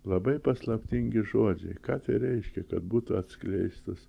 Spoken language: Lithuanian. labai paslaptingi žodžiai ką tai reiškia kad būtų atskleistos